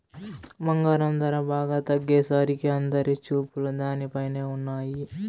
బంగారం ధర బాగా తగ్గేసరికి అందరి చూపులు దానిపైనే ఉన్నయ్యి